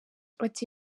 ati